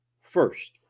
first